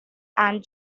and